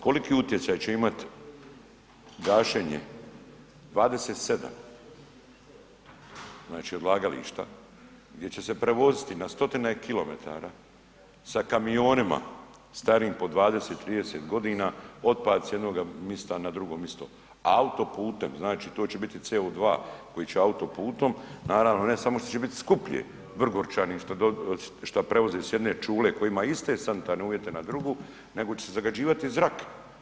Koliki utjecaj će imat gašenje 27 znači odlagališta gdje će se prevoziti na stotine kilometara sa kamionima starim po 20, 30 g. otpad sa jednoga mjesta na drugo mjesto autoputom, znači to će biti CO2 koji će autoputom, naravno ne samo što će biti skuplje, Vrgorčanin šta prevozi sa jedne čule koji ima iste sanitarne uvjete na drugu nego će se zagađivati zrak.